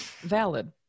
valid